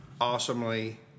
awesomely